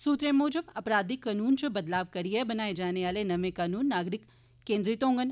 सूत्रे मूजब अपराधिक कनून इच बदलाव करिए बनाए जाने आले नमें कनून नागरिक केन्द्रित होंडन